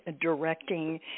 directing